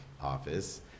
office